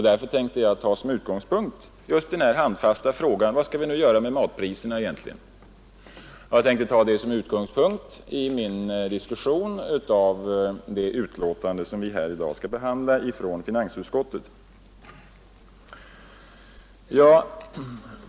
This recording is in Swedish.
Därför tänkte jag ta just den handfasta frågan: ”Vad skall vi göra åt matpriserna?” som utgångspunkt för min diskussion av det betänkande från finansutskottet som vi i dag skall behandla.